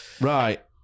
right